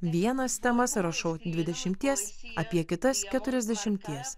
vienas temas rašau dvidešimties apie kitas keturiasdešimties